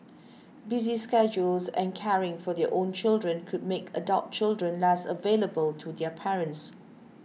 busy schedules and caring for their own children could make adult children less available to their parents